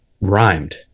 rhymed